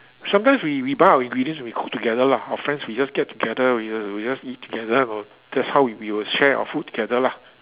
sometimes we we buy our ingredients and we cook together lah our friends we just get together we just we just eat together that's how we we will share our food together lah